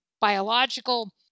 biological